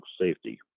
safety